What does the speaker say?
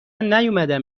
نیومدم